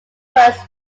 words